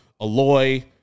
Aloy